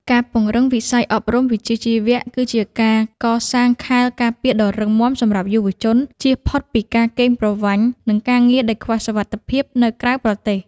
ការពង្រឹងវិស័យអប់រំវិជ្ជាជីវៈ គឺជាការកសាងខែលការពារដ៏រឹងមាំសម្រាប់យុវជន ជៀសផុតពីការកេងប្រវ័ញ្ច និងការងារដែលខ្វះសុវត្ថិភាពនៅក្រៅប្រទេស។